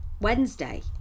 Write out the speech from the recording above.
Wednesday